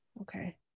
Okay